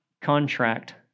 contract